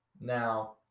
Now